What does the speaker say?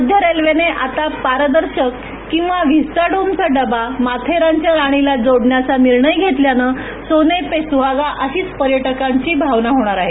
मध्य रेल्वेने आता पारदर्शक किंवा व्हिस्टाडोमचा डबा माथेरानच्या राणीला जोडण्याचा निर्णय घेतल्यान सोने पे सुहागा अशीच पर्यटकांची भावना होणार आहे